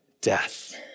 death